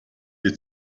you